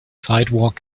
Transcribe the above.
sidewalk